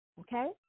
Okay